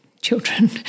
children